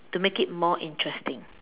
to make it more interesting